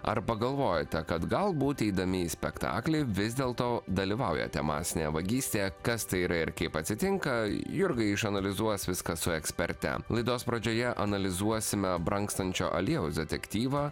ar pagalvojote kad galbūt eidami į spektaklį vis dėlto dalyvaujate masinėje vagystėje kas tai yra ir kaip atsitinka jurga išanalizuos viską su eksperte laidos pradžioje analizuosime brangstančio aliejaus detektyvą